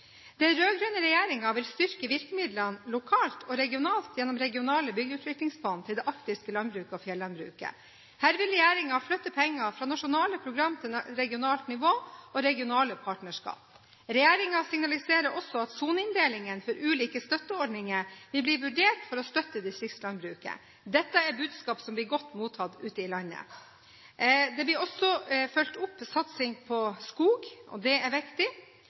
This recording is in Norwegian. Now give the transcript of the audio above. Den rød-grønne regjeringen vil styrke virkemidlene lokalt og regionalt gjennom regionale bygdeutviklingsfond til det arktiske landbruket og fjellandbruket. Her vil regjeringen flytte penger fra nasjonale program til regionalt nivå og regionale partnerskap. Regjeringen signaliserer også at soneinndelingen for ulike støtteordninger vil bli vurdert for å støtte distriktslandbruket. Dette er budskap som blir godt mottatt ute i landet. Det blir også fulgt opp en satsing på skog, og det er viktig.